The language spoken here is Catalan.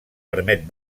permet